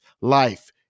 life